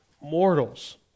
mortals